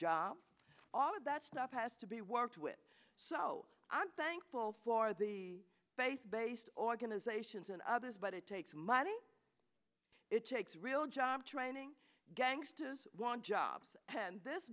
job all of that stuff has to be worked with so i'm thankful for the faith based organizations and others but it takes money it takes real job training gangstas want jobs and this